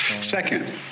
Second